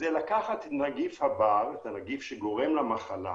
לקחת את נגיף הבר, הנגיף שגורם למחלה